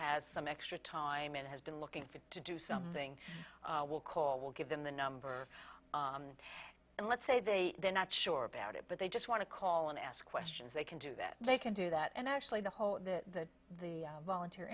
has some extra time and has been looking to do something we'll call we'll give them the number and let's say they they're not sure about it but they just want to call and ask questions they can do that they can do that and actually the whole the the volunteer